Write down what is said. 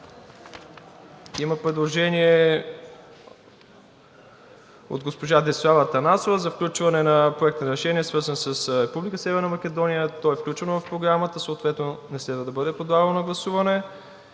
Има предложение от госпожа Десислава Атанасова за включване на Проекта за решение, свързан с Република Северна Македония. То е включено в Програмата, съответно не следва да бъде подлагано на гласуване.